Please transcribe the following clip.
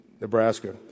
Nebraska